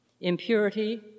impurity